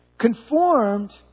Conformed